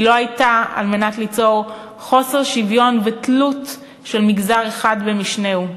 היא לא הייתה ליצור חוסר שוויון ותלות של מגזר אחד במשנהו.